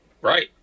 right